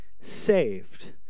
saved